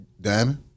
diamond